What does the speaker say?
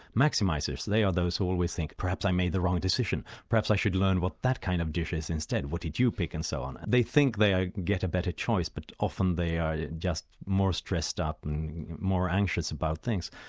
maximisers, they are those who always think perhaps i made the wrong decision perhaps i should learn what that kind of dish is instead, what did you pick? and so on. they think they get a better choice, but often they are just more stressed out and more anxious about things.